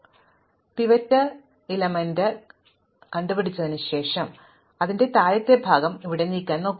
അതിനാൽ എനിക്ക് ഇവിടെ പിവറ്റ് ലഭിക്കാൻ പോകുന്നു അതിനുശേഷം ഇതിനകം കണ്ടെത്തിയ താഴത്തെ ഭാഗം ഞാൻ ഇവിടെ നേടാൻ പോകുന്നു